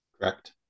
Correct